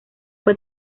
fue